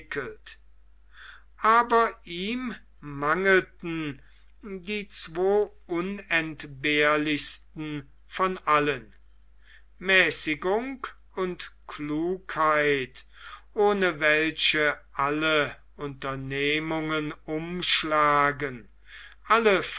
aber ihm mangelten die zwei unentbehrlichsten von allen mäßigung und klugheit ohne welche alle unternehmungen umschlagen alle